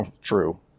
True